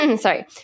sorry